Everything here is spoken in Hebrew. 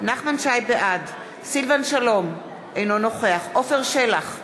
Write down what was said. בעד סילבן שלום, אינו נוכח עפר שלח,